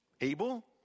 Abel